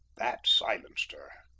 that silenced her.